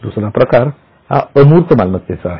दुसरा प्रकार हा अमूर्त मालमत्तेचा आहे